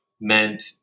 meant